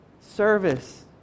service